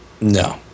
No